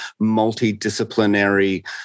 multidisciplinary